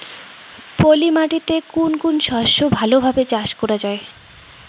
পলি মাটিতে কোন কোন শস্য ভালোভাবে চাষ করা য়ায়?